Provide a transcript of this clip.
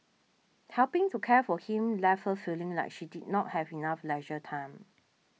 helping to care for him left her feeling like she did not have enough leisure time